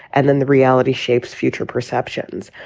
and then the reality shapes future perceptions.